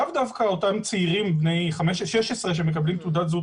לאו דווקא אותם צעירים בני 16 שמקבלים תעודת זהות